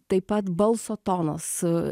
taip pat balso tonas